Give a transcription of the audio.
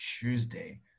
Tuesday